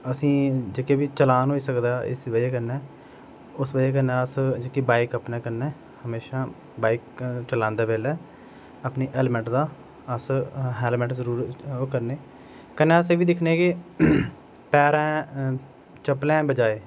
असेंगी जेहके बी चलान होई सकदे ऐ एस्स बजह कन्नै उस वजह कन्नै हमेशा बाइक चलांदे बेल्लै अपनी हेलमेट दा अस्स हैलमेट जरूर ओह् करने कन्नै अस्स एह् बी दिक्खने की पैरें चप्पलां बजाय